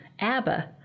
Abba